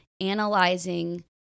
analyzing